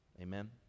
Amen